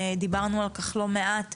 דיברנו על כך לא מעט.